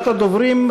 הדוברים,